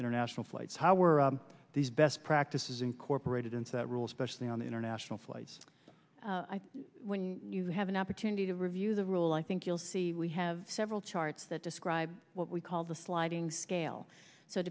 international flights how were these best practices incorporated into the rules specially on international flights when you have an opportunity to review the rule i think you'll see we have several charts that describe what we call the sliding scale so